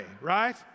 right